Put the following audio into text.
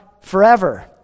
forever